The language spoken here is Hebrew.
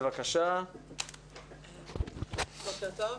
בוקר טוב.